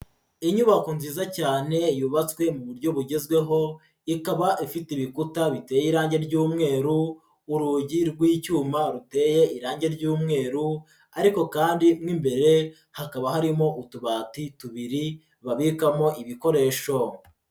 Inyubako nziza cyane yubatswe mu buryo bugezweho, ikaba ifite ibikuta biteye irange ry'umweru, urugi rw'icyuma ruteye irange ry'umweru, ariko kandi mo imbere hakaba harimo utubati tubiri babikamo ibikoresho.